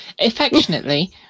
affectionately